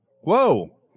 Whoa